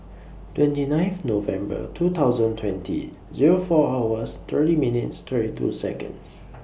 twenty ninth November two thousand twenty Zero four hours thirty minutes thirty two Seconds